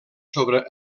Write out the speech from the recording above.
sobre